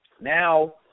Now